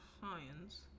science